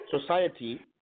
Society